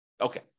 Okay